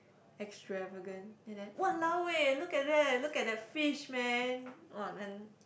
extravagant and then !walao! eh look at that look at that fish man